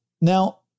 Now